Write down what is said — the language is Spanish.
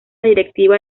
directiva